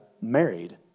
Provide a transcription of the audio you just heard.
married